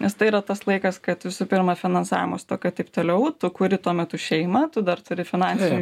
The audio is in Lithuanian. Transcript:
nes tai yra tas laikas kad visų pirma finansavimo stoka taip toliau tu kuri tuo metu šeimą tu dar turi finansinių